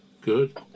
Good